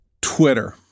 Twitter